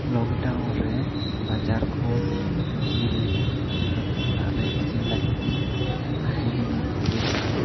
lockdown ᱨᱮ ᱵᱟᱡᱟᱨ ᱠᱷᱚᱱ ᱡᱤᱞ ᱟᱹᱜᱩ ᱠᱟᱛᱮᱜ ᱚᱲᱟᱜ ᱨᱮ ᱤᱥᱤᱱ ᱞᱟᱹᱜᱤᱫ ᱤᱧ ᱠᱩᱨᱩᱢᱩᱴᱩ ᱞᱮᱫᱟ